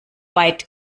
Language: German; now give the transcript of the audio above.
weit